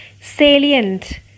salient